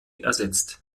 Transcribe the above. ersetzt